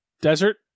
desert